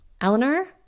Eleanor